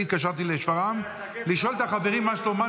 אני התקשרתי לשפרעם לשאול את החברים מה שלומם,